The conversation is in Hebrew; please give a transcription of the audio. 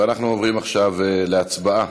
אנחנו עוברים עכשיו להצבעה